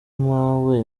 mpawe